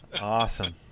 awesome